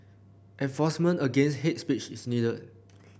enforcement against hates speech is needed